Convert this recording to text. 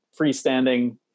freestanding